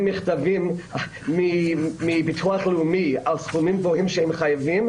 מכתבים מביטוח לאומי על סכומים גבוהים שהם חייבים.